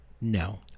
no